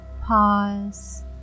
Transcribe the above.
Pause